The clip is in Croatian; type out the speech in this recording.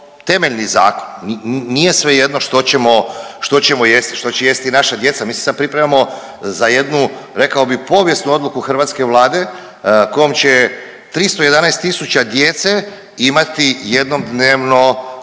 temeljni zakon, nije svejedno što ćemo jesti, što će jesti naša djeca. Mi se sad pripremamo za jednu rekao bi povijesnu odluku hrvatske vlade kojom će 311.000 djece imati jednom dnevno